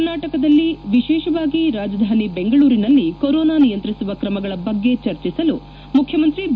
ಕರ್ನಾಟಕದಲ್ಲಿ ವಿಶೇಷವಾಗಿ ರಾಜಧಾನಿ ಬೆಂಗಳೂರಿನಲ್ಲಿ ಕೊರೊನಾ ನಿಯಂತ್ರಸುವ ಕ್ರಮಗಳ ಬಗ್ಗೆ ಚರ್ಚಿಸಲು ಮುಖ್ಯಮಂತ್ರಿ ಬಿ